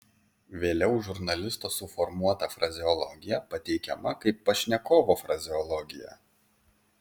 vėliau žurnalisto suformuota frazeologija pateikiama kaip pašnekovo frazeologija